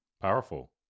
Powerful